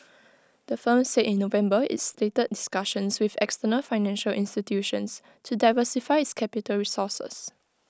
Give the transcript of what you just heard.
the firm said in November it's stated discussions with external financial institutions to diversify its capital resources